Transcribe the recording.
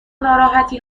ناراحتی